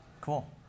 Cool